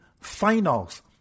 finals